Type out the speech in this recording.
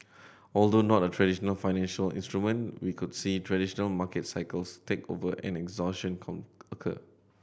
although not a traditional financial instrument we could see traditional market cycles take over and exhaustion occur